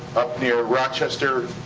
up near rochester,